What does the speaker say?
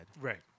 Right